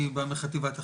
אני בא מחטיבת החקירות,